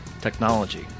technology